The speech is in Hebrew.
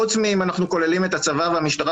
חוץ מאם אנחנו כוללים את הצבא והמשטרה